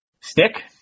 Stick